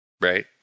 right